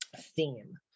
theme